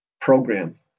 program